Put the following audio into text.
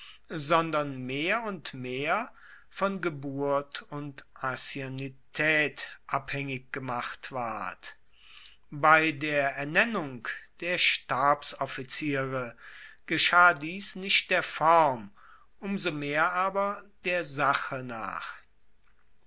sondern mehr und mehr von geburt und anciennetaet abhaengig gemacht ward bei der ernennung der stabsoffiziere geschah dies nicht der form um so mehr aber der sache nach